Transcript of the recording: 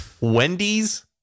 wendy's